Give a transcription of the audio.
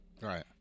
right